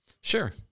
Sure